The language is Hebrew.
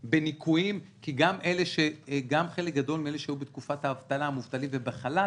בניכויים כי גם חלק גדול מאלה שהיו בתקופת הקורונה מובטלים ובחל"ת,